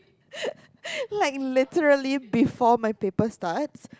like literally before my paper starts